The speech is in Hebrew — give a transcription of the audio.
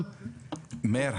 מאיר,